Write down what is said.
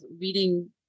reading